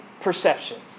perceptions